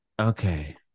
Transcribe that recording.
Okay